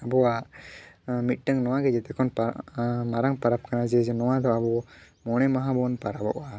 ᱟᱵᱚᱣᱟᱜ ᱢᱤᱫᱴᱟᱹᱝ ᱱᱚᱣᱟ ᱜᱮ ᱡᱮᱛᱮ ᱠᱷᱚᱱ ᱢᱟᱨᱟᱝ ᱯᱟᱨᱟᱵᱽ ᱠᱟᱱᱟ ᱡᱮ ᱱᱚᱣᱟ ᱫᱚ ᱟᱵᱚ ᱢᱚᱬᱮ ᱢᱟᱦᱟ ᱵᱚᱱ ᱯᱟᱨᱟᱵᱚᱜᱼᱟ